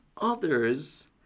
others